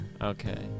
Okay